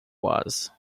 was